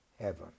heaven